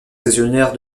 saisonnières